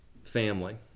Family